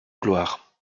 gloire